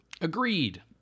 agreed